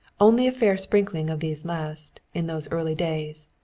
only a fair sprinkling of these last, in those early days.